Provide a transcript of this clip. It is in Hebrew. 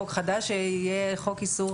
חוק חדש שיהיה חוק איסור